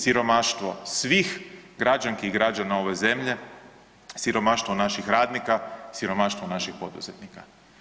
Siromaštvo svih građanki i građana ove zemlje, siromaštvo naših radnika, siromaštvo naših poduzetnika.